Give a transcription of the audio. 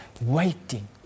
waiting